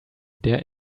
der